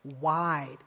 wide